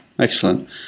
Excellent